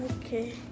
Okay